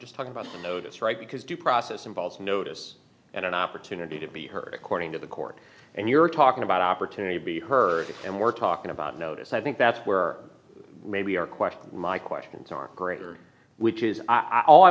just talking about notice right because due process involves notice and an opportunity to be heard according to the court and you're talking about opportunity to be heard and we're talking about notice i think that's where maybe our question my questions are greater which is i